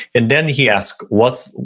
and then he asked what's,